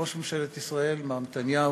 ראש ממשלת ישראל מר נתניהו,